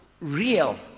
real